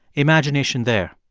imagination there.